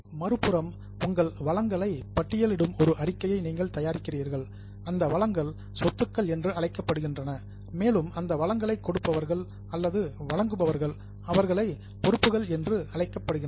மறுபுறம் உங்கள் வளங்களை பட்டியலிடும் ஒரு அறிக்கையை நீங்கள் தயாரிக்கிறீர்கள் அந்த வளங்கள் சொத்துக்கள் என்று அழைக்கப்படுகின்றன மேலும் அந்த வளங்களை கொடுப்பவர்கள் அல்லது வழங்குபவர்கள் அவர்களை பொறுப்புக்கள் என்று அழைக்கப்படுகின்றன